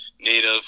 native